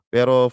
Pero